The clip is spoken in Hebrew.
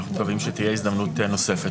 אנחנו מקווים שתהיה הזדמנות נוספת.